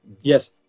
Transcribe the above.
Yes